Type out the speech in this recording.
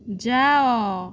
ଯାଅ